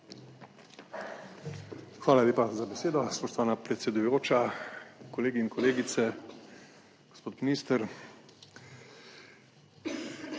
Hvala lepa za besedo. Spoštovana predsedujoča, kolegi in kolegice, gospod minister.